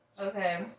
Okay